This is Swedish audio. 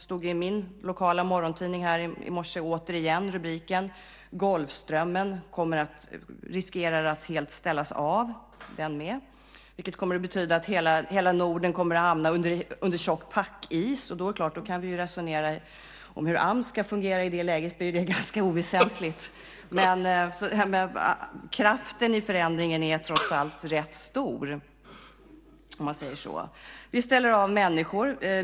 I min lokala morgontidning stod återigen i morse rubriken Golfströmmen riskerar att helt ställas av, den med, vilket kommer att betyda att hela Norden kommer att hamna under tjock packis. Det är klart, att resonera om hur Ams ska fungera i det läget blir ganska oväsentligt. Men kraften i förändringen är trots allt rätt stor, om man säger så. Vi ställer av människor.